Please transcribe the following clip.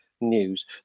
news